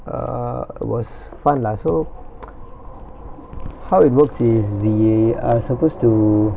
err it was fun lah so how it works is we are supposed to